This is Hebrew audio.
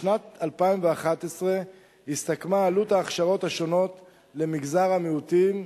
בשנת 2011 הסתכמה עלות ההכשרות השונות למגזר המיעוטים,